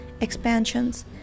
expansions